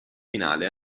finale